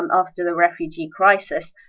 and after the refugee crisis,